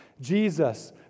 Jesus